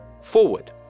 forward